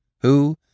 who